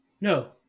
No